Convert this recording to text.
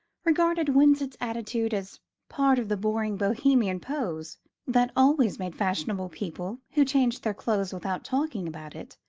regarded winsett's attitude as part of the boring bohemian pose that always made fashionable people, who changed their clothes without talking about it,